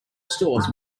stores